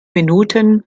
minuten